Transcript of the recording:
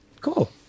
Cool